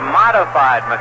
modified